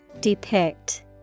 Depict